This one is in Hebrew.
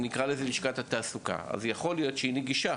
את לשכת התעסוקה ויכול להיות שהיא נגישה.